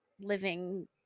living